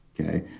okay